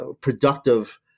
productive